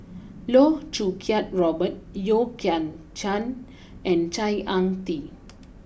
Loh Choo Kiat Robert Yeo Kian Chai and Ang Ah Tee